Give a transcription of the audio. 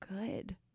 good